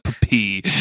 pee